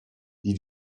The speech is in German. die